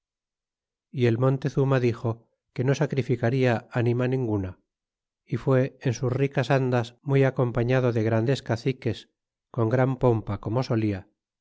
y el montezuma dixo que no sacrificaria anima ninguna y fué en sus ricas andas muy acompañado de grandes caciques con gran pompa como solia